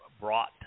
brought